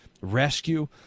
rescue